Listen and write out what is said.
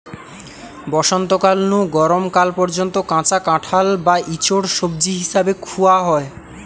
বসন্তকাল নু গরম কাল পর্যন্ত কাঁচা কাঁঠাল বা ইচোড় সবজি হিসাবে খুয়া হয়